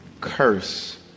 curse